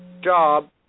job